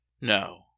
No